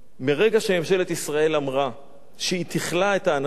מרגע שממשלת ישראל אמרה שהיא תכלא את האנשים,